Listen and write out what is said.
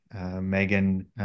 Megan